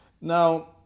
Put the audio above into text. now